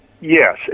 Yes